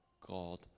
God